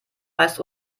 meist